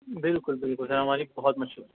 بالکل بالکل ہے ہماری بہت مشہور